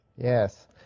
Yes